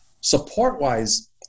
support-wise